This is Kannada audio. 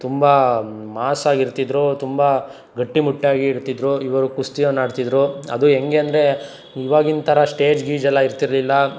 ತುಂಬ ಮಾಸಾಗಿರ್ತಿದ್ದರು ತುಂಬ ಗಟ್ಟಿಮುಟ್ಟಾಗಿರ್ತಿದ್ದರು ಇವರು ಕುಸ್ತಿಯನ್ನಾಡ್ತಿದ್ದರು ಅದು ಹೆಂಗೆ ಅಂದರೆ ಇವಾಗಿನ ಥರ ಸ್ಟೇಜ್ ಗೀಜ್ ಎಲ್ಲ ಇರ್ತಿರ್ಲಿಲ್ಲ